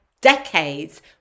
decades